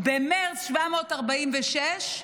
במרץ, 746,